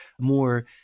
more